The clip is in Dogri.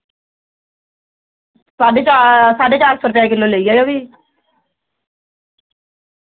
साड्ढे चार साड्ढे चार सौ रपेआ किल्लो लेई जाएओ फ्ही